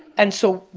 and, so,